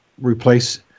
replace